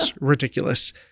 ridiculous